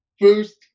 first